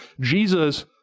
Jesus